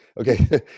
Okay